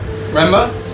Remember